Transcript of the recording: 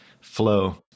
flow